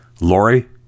Lori